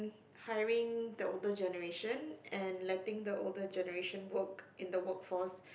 hiring the older generation and letting the older generation work in the workforce